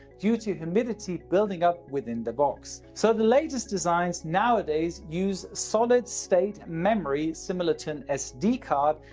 due to humidity building up within the box. so the latest designs nowadays use solid-state memory similar to an sd card,